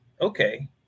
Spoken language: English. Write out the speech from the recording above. Okay